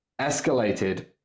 escalated